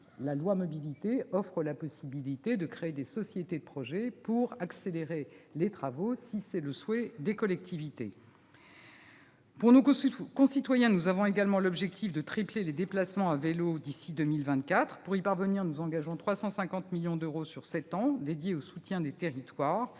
la loi Mobilités offre la possibilité de créer des sociétés de projets pour accélérer les travaux si les collectivités le souhaitent. Pour nos concitoyens, nous avons l'objectif de tripler les déplacements à vélo d'ici à 2024. Pour y parvenir, nous engageons 350 millions d'euros sur sept ans dédiés au soutien des territoires.